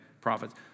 prophets